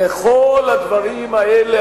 בכל הדברים האלה,